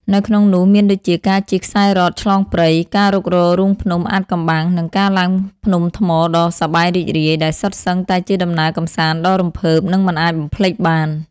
នៅក្នុងនោះមានដូចជាការជិះខ្សែរ៉កឆ្លងព្រៃ ការរុករករូងភ្នំអាថ៌កំបាំង និងការឡើងភ្នំថ្មដ៏សប្បាយរីករាយ ដែលសុទ្ធសឹងតែជាដំណើរកម្សាន្តដ៏រំភើបនិងមិនអាចបំភ្លេចបាន។